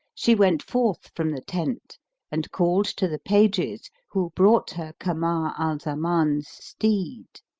she went forth from the tent and called to the pages who brought her kamar al-zaman's steed